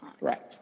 Right